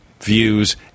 views